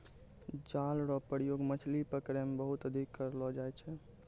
जाल रो प्रयोग मछली पकड़ै मे बहुते अधिक करलो जाय छै